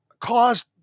caused